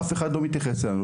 אף אחד לא מתייחס אלינו.